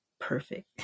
Perfect